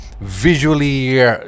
visually